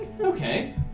Okay